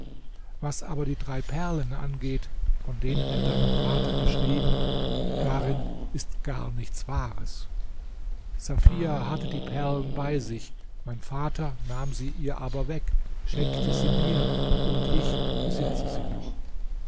was aber die drei perlen angeht von denen er deinem vater geschrieben daran ist gar nichts wahres safia hatte die perlen bei sich mein vater nahm sie ihr aber weg schenkte sie mir und ich besitze sie noch